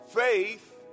Faith